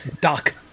Doc